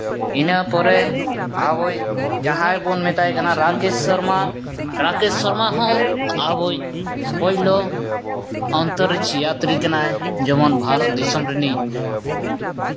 ᱤᱱᱟᱹ ᱯᱚᱨᱮ ᱟᱵᱚᱭᱤᱡ ᱡᱟᱦᱟᱸᱭ ᱵᱚᱱ ᱢᱮᱛᱟᱭ ᱠᱟᱱᱟ ᱨᱟᱠᱮᱥ ᱥᱚᱨᱢᱟ ᱨᱟᱠᱮᱥ ᱥᱚᱨᱢᱟ ᱦᱚᱸ ᱟᱵᱚᱭᱤᱡ ᱯᱳᱭᱞᱳ ᱚᱱᱛᱚᱨᱤᱡᱟᱛᱨᱤ ᱠᱟᱱᱟᱭ ᱡᱮᱢᱚᱱ ᱵᱷᱟᱨᱚᱛ ᱫᱤᱥᱚᱢ ᱨᱮᱱᱤᱡ